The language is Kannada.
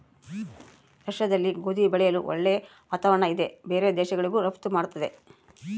ರಷ್ಯಾದಲ್ಲಿ ಗೋಧಿ ಬೆಳೆಯಲು ಒಳ್ಳೆ ವಾತಾವರಣ ಇದೆ ಬೇರೆ ದೇಶಗಳಿಗೂ ರಫ್ತು ಮಾಡ್ತದೆ